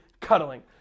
cuddling